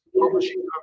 publishing